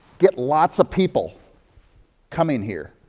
get lots of people coming here.